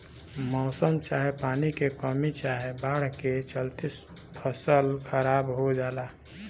मौसम चाहे पानी के कमी चाहे बाढ़ के चलते फसल खराब हो जला